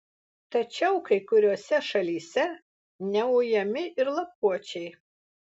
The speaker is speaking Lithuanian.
tačiau kai kuriose šalyse neujami ir lapuočiai